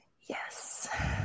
Yes